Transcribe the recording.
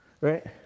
Right